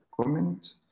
comment